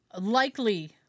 likely